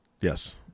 Yes